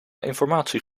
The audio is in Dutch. informatie